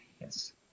Yes